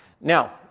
Now